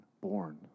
born